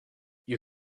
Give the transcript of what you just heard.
you